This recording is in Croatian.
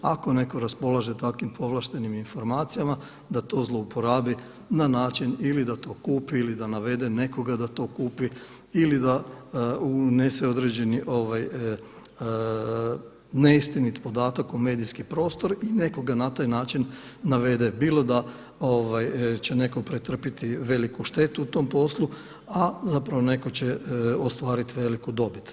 Ako netko raspolaže takvim povlaštenim informacijama da to zlouporabi na način ili da to kupi ili da navede nekoga da to kupi ili da unese određeni neistinit podatak u medijski prostor i nekoga na taj način navede bilo da će netko pretrpiti veliku štetu u tom poslu, a zapravo netko će ostvarit veliku dobit.